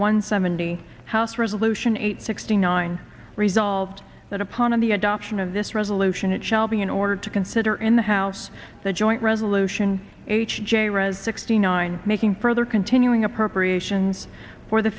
one seventy house resolution eight sixty nine resolved that upon of the adoption of this resolution it shall be in order to consider in the house the joint resolution h j rez sixty nine making further continuing appropriations for the